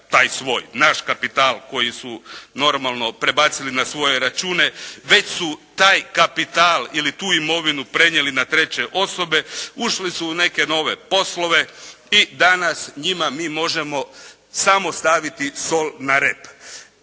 taj svoj, naš kapital koji su normalno prebacili na svoje račune već su taj kapital ili tu imovinu prenijeli na treće osobe, ušli su u neke nove poslove. I danas njima mi možemo samo staviti sol na rep.